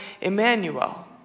Emmanuel